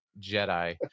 Jedi